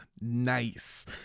nice